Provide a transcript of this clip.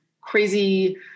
crazy